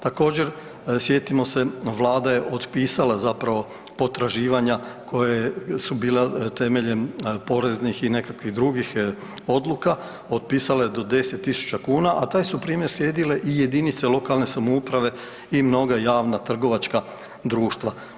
Također sjetimo se Vlada je otpisala zapravo potraživanja koja su bila temeljem poreznih i nekakvih drugih odluka, otpisala je do 10.000 kuna, a taj su primjer slijedile i jedinice lokalne samouprave i mnoga javna trgovačka društva.